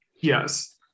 Yes